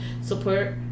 support